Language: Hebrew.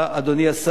אדוני השר,